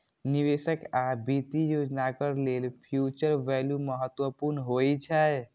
निवेशक आ वित्तीय योजनाकार लेल फ्यूचर वैल्यू महत्वपूर्ण होइ छै